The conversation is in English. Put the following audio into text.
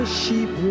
sheep